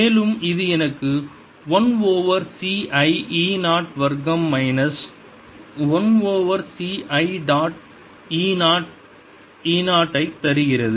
மேலும் இது எனக்கு 1 ஓவர் c i E 0 வர்க்கம் minus 1 over c i dot E 0 E 0 ஐ தருகிறது